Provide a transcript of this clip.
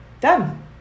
done